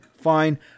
fine